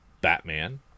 Batman